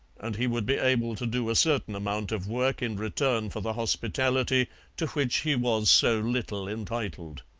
and he would be able to do a certain amount of work in return for the hospitality to which he was so little entitled.